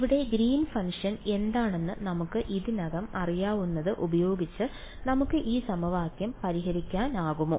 ഇവിടെ Green function എന്താണെന്ന് നമുക്ക് ഇതിനകം അറിയാവുന്നത് ഉപയോഗിച്ച് നമുക്ക് ഈ സമവാക്യം പരിഹരിക്കാമോ